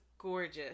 gorgeous